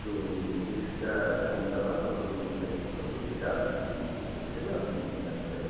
তো মেটিরিয়ালসটা কোনটা ভালো হবে কোনটা কী হবে সেটা আপনাকেই চুজ করতে হবে আপনাকেই নিয়ে আসতে হবে